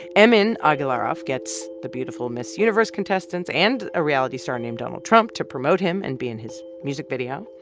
emin agalarov gets the beautiful miss universe contestants and a reality star named donald trump to promote him and be in his music video.